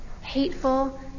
hateful